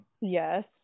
Yes